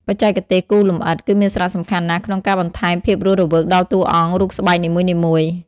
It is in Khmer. បច្ចេកទេសគូរលម្អិត គឺមានសារៈសំខាន់ណាស់ក្នុងការបន្ថែមភាពរស់រវើកដល់តួអង្គរូបស្បែកនីមួយៗ។